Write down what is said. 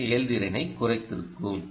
win செயல்திறனைக் குறைத்திருக்கும்